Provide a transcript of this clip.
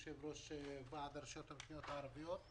יושב-ראש ועד הרשויות המקומיות הערביות.